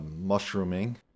mushrooming